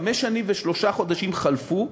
חמש שנים ושלושה חודשים חלפו,